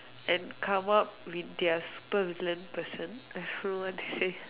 and come out with their super villain person I don't know what they say